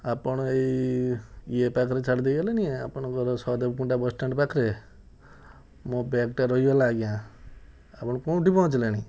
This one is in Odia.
ଆପଣ ଏଇ ୟେ ପାଖରେ ଛାଡ଼ି ଦେଇ ଗଲେନି ଆପଣଙ୍କର ସହଦେବ କୁଣ୍ଡା ବସଷ୍ଟାଣ୍ଡ ପାଖରେ ମୋ ବ୍ୟାଗ୍ଟା ରହିଗଲା ଆଜ୍ଞା ଆପଣ କେଉଁଠି ପହଞ୍ଚିଲେଣି